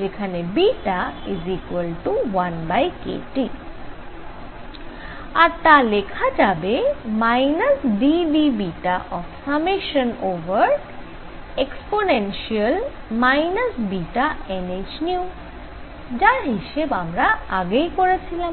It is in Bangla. যেখানে β1kT আর তা লেখা যাবে ddβ∑e βnhν যার হিসেব আমরা আগেই করেছিলাম